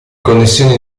connessioni